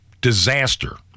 disaster